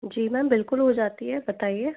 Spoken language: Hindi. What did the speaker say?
जी मैम बिल्कुल हो जाती है बताइए